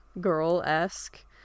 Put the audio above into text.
girl-esque